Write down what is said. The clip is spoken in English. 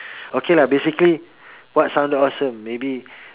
okay lah basically what sounded awesome maybe